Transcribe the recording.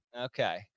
Okay